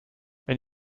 wenn